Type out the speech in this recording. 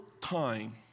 time